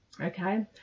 okay